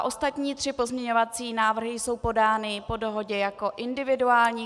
Ostatní tři pozměňovací návrhy jsou podány po dohodě jako individuální.